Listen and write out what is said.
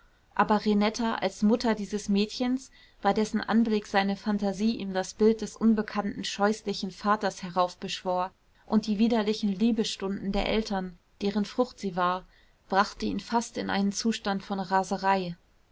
aber renetta als mutter dieses mädchens bei dessen anblick seine phantasie ihm das bild des unbekannten scheußlichen vaters heraufbeschwor und die widerlichen liebesstunden der eltern deren frucht sie war brachte ihn fast in einen zustand von raserei